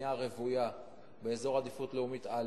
בנייה רוויה באזור עדיפות לאומית א',